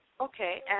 Okay